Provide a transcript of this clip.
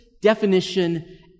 definition